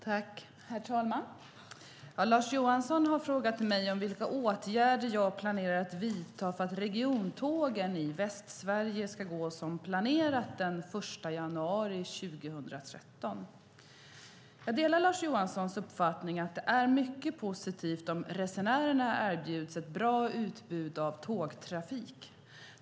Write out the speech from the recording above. Herr talman! Lars Johansson har frågat mig vilka åtgärder jag planerar att vidta för att regiontågen i Västsverige ska gå som planerat den 1 januari 2013. Jag delar Lars Johanssons uppfattning att det är mycket positivt om resenärerna erbjuds ett bra utbud av tågtrafik.